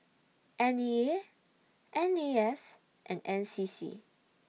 N E A N A S and N C C